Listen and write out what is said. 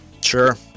Sure